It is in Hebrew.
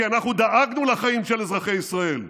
כי אנחנו דאגנו לחיים של אזרחי ישראל,